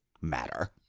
matter